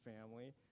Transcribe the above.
family